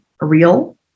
real